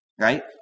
right